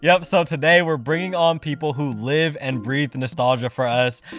yeah but today we're bringing on people who live and breathe nostalgia for us.